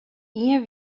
ien